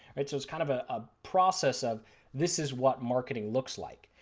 it so is kind of a ah process of this is what marketing looks like.